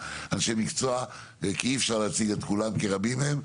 שלא הצגנו את כולם כי רבים הם.